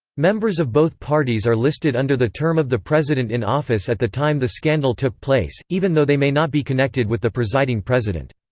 members of both parties are listed under the term of the president in office at the time the scandal took place, even though they may not be connected with the presiding president.